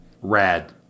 Rad